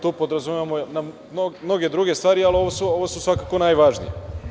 Tu podrazumevamo mnoge druge stvari, ali ovo su svakako najvažnije.